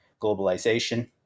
globalization